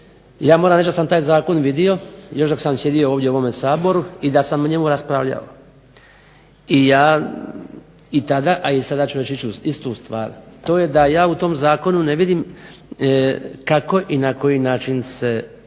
Ja moram reći da sam taj zakon vidio još dok sam sjedio ovdje u SAboru i da sam o njemu raspravljao. I ja i tada a i sada ću reći isti stvar, to je da ja u tom zakonu ne vidim kako i na koji način se